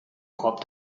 korb